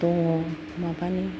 दङ माबानि